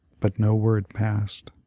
but no word passed.